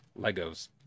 Legos